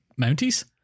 Mounties